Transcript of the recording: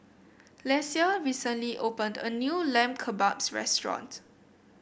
Lesia recently opened a new Lamb Kebabs restaurant